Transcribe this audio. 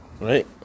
right